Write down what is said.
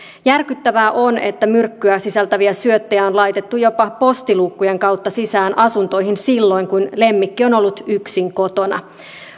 järkyttävää on että myrkkyä sisältäviä syöttejä on laitettu jopa postiluukkujen kautta sisään asuntoihin silloin kun lemmikki on ollut yksin kotona